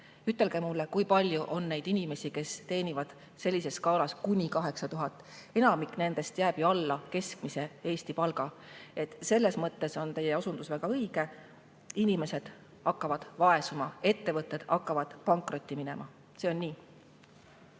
Ütelge mulle, kui palju on neid inimesi, kes teenivad sellises skaalas kuni 8000 eurot? Enamik jääb ju alla keskmise Eesti palga. Selles mõttes on teie osundus väga õige. Inimesed hakkavad vaesuma, ettevõtted hakkavad pankrotti minema. See on nii.